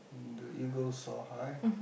the eagle soar high